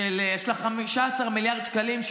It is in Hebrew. שיש לה 15 מיליארד שקלים,